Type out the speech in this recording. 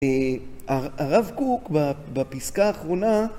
הרב קוק בפסקה האחרונה